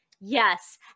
Yes